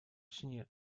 сне